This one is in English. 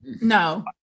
No